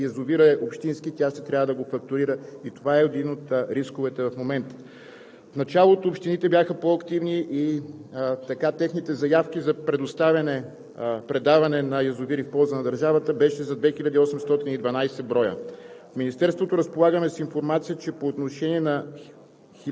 което се оказва и въпрос при ремонтирането, защото когато ДКК ремонтира, а язовирът е общински, тя ще трябва да го фактурира и това е един от рисковете в момента. В началото общините бяха по-активни и така техните заявки за предоставяне и предаване на язовири в полза на държавата беше за 2812 броя.